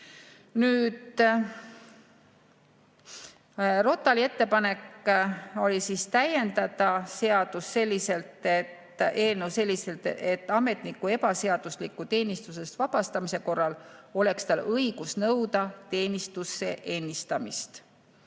Nüüd, ROTAL-i ettepanek oli täiendada seaduseelnõu selliselt, et ametniku ebaseadusliku teenistusest vabastamise korral oleks tal õigus nõuda teenistusse ennistamist.